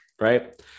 right